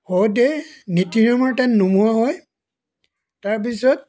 শৱদেহ নীতিৰ মতে নমোৱা হয় তাৰপিছত